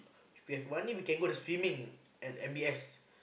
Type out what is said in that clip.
if we have money we can go the swimming at M_B_S